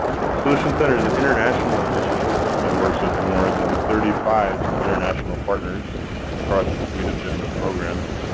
the solutions center is an international initiative that works with more than thirty five international partners across its suite of different programs.